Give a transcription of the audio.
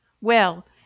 Well